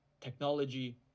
technology